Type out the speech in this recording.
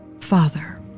Father